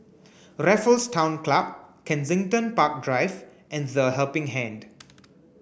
Raffles Town Club Kensington Park Drive and The Helping Hand